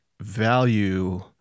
value